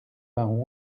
vingt